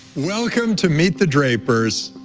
welcome to meet the drapers.